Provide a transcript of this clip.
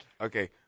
Okay